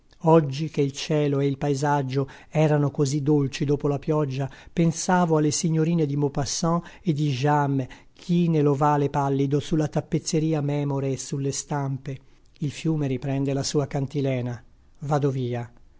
dino campana che il cielo e il paesaggio erano così dolci dopo la pioggia pensavo alle signorine di maupassant e di jammes chine l'ovale pallido sulla tappezzeria memore e sulle stampe il fiume riprende la sua cantilena vado via